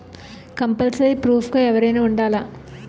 Compulsory proof గా ఎవరైనా ఉండాలా?